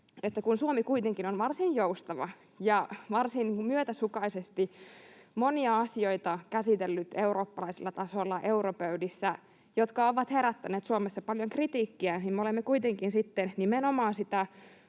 mutta kun Suomi kuitenkin on varsin joustava ja varsin myötäsukaisesti monia asioita käsitellyt eurooppalaisella tasolla europöydissä — se on herättänyt Suomessa paljon kritiikkiäkin, mutta me olemme kuitenkin nimenomaan sitä